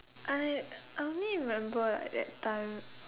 I I only remember at that time